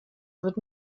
wird